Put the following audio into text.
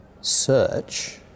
search